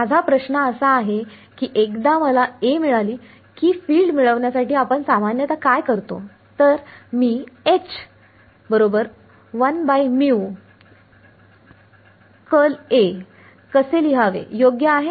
माझा प्रश्न असा आहे की एकदा मला A मिळाली की फिल्ड मिळवण्यासाठी आपण सामान्यतः काय करतो तर मी कसे लिहावे योग्य आहे